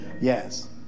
Yes